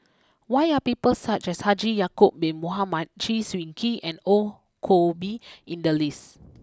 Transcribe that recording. why are people such as Haji Ya Acob Bin Mohamed Chew Swee Kee and Ong Koh Bee in the list